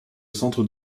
centre